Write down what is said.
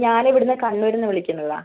ഞാനിവിടുന്ന് കണ്ണൂരിൽ നിന്ന് വിളിക്കുന്നതാണ്